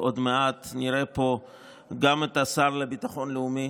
עוד מעט נראה פה גם את השר לביטחון לאומי,